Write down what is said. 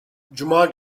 cuma